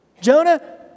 Jonah